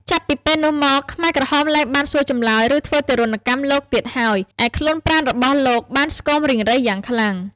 ចាប់ពីពេលនោះមក ខ្មែរក្រហមលែងបានសួរចម្លើយ ឬធ្វើទារុណកម្មលោកទៀតហើយ ឯខ្លួនប្រាណរបស់លោកបាន ស្គមរីងរៃយ៉ាងខ្លាំង។